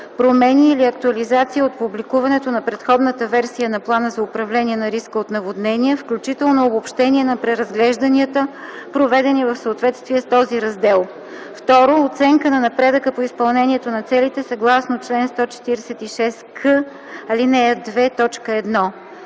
промени или актуализации от публикуването на предходната версия на плана за управление на риска от наводнения, включително обобщение на преразглежданията, проведени в съответствие с този раздел; 2. оценка на напредъка по изпълнението на целите съгласно чл. 146к, ал. 2,